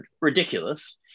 ridiculous